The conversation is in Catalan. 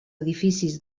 edificis